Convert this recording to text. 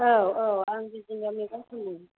औ औ आं बिजनियाव मैगं फानो